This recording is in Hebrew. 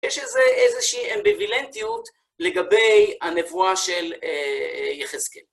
יש איזושהי אמביווילנטיות לגבי הנבואה של יחזקן.